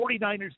49ers